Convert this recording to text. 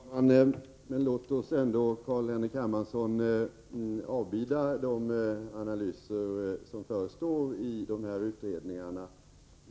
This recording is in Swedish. Fru talman! Låt oss ändå, Carl-Henrik Hermansson, avbida de analyser som förestår i de aktuella utredningarna.